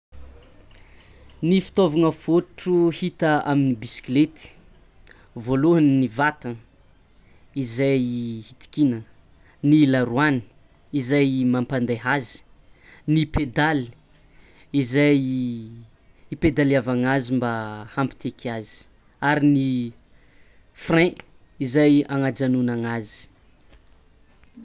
Ny fitaovagna fôtotro hita amin'ny biskilety: vôlohany ny vatagna izay hitikinagna, ny laroàny izay mampandaiha azy, ny pedaly izay hipedaliavagna azy mba hampiteky azy, ary ny frein zay agnajanonagna azy.